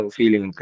feeling